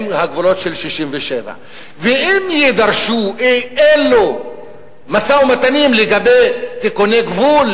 הם הגבולות של 1967. אם יידרשו אי-אלו משאים-ומתנים לגבי תיקוני גבול,